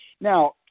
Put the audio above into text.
Now